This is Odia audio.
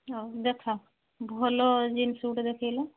ହଉ ଦେଖାଅ ଭଲ ଜିନ୍ସ ଗୋଟେ ଦେଖାଇଲ